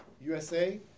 USA